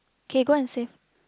k go and save